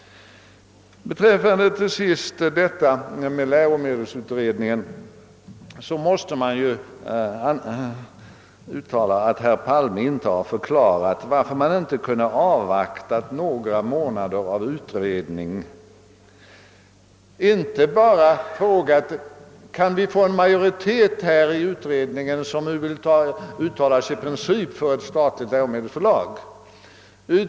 Beträffande till sist detta med läromedelsutredningen måste jag konstatera, att herr Palme inte har förklarat varför man inte kunde ha avvaktat några månader av utredning i stället för att bara fråga, om det gick att få en majoritet i utredningen som ville uttala sig i princip för ett statligt läromedelsförlag.